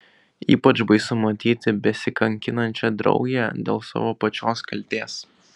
ypač baisu matyti besikankinančią draugę dėl savo pačios kaltės